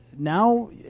Now